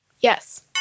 Yes